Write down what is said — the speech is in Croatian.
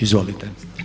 Izvolite.